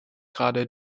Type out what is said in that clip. gerade